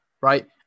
Right